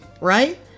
right